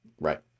Right